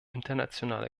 internationale